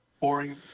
Boring